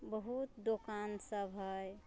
बहुत दोकान सब हय